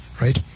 right